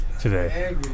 today